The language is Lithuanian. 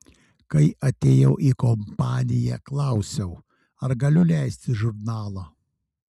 kai atėjau į kompaniją klausiau ar galiu leisti žurnalą